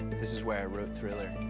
this is where i wrote thriller.